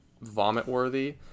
vomit-worthy